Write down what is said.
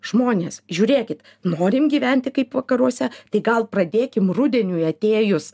žmonės žiūrėkit norim gyventi kaip vakaruose tai gal pradėkim rudeniui atėjus